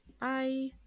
Bye